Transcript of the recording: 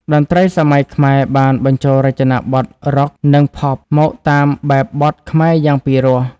តន្ត្រីសម័យខ្មែរបានបញ្ចូលរចនាបថរ៉ុក និងផប មកតាមបែបបទខ្មែរយ៉ាងពីរោះ។